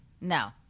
No